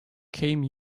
came